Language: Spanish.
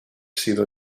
sido